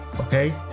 okay